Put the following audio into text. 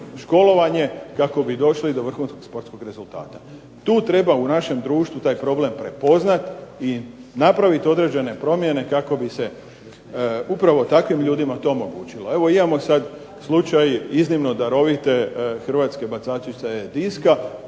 školovanje kako bi došli do vrhunskog sportskog rezultata. Tu treba u našem društvu taj problem prepoznati i napraviti određene promjene kako bi se upravo takvim ljudima to omogućilo. Evo imamo sad slučaj iznimno darovite hrvatske bacačice diska.